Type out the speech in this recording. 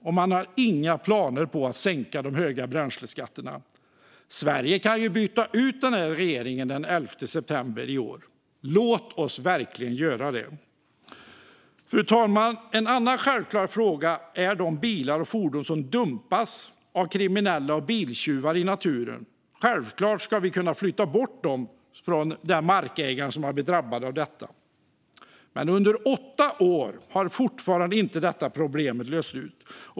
Och man har inga planer på att sänka de höga bränsleskatterna. Sverige kan byta ut den här regeringen den 11 september i år. Låt oss verkligen göra det! Fru talman! En annan självklar fråga är de bilar och fordon som av kriminella och biltjuvar dumpas i naturen. Självklart ska vi kunna flytta bort dem från den mark vars ägare blivit drabbad av detta. Men på åtta år har detta problem fortfarande inte lösts.